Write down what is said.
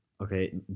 Okay